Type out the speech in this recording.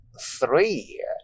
three